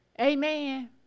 Amen